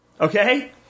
Okay